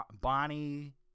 Bonnie